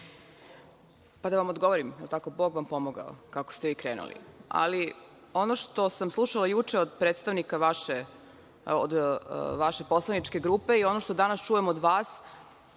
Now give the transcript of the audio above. Pa, da vam odgovorim, jeli tako? Bog vam pomogao, kako ste vi krenuli. Ali, ono što sam slušala juče od predstavnika vaše poslaničke grupe i ono što danas čujem od vas,